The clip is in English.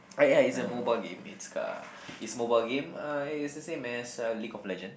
ah ya it's a mobile game it's uh it's mobile game uh it's the same as uh League of Legend